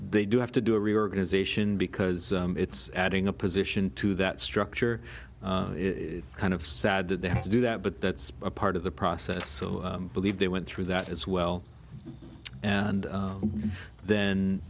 they do have to do a reorganization because it's adding a position to that structure it's kind of sad that they have to do that but that's part of the process believe they went through that as well and then